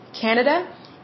Canada